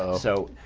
ah so